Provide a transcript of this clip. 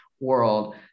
World